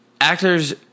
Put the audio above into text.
actors